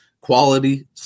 Quality